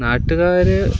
നാട്ടുകാർ